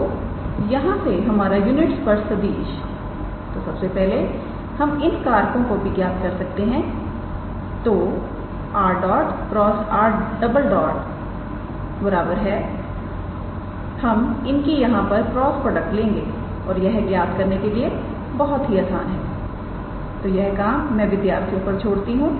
तोयहां से हमारा यूनिट स्पर्श सदिश तो सबसे पहले और हम इन कारकों को भी ज्ञात कर सकते हैं तो 𝑟̇ × 𝑟̈ हम इनकी यहां पर क्रॉस प्रोडक्ट लेंगे और यह ज्ञात करने के लिए बहुत ही आसान है तो यह काम मैं विद्यार्थियों पर छोड़ता हूं